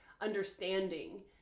understanding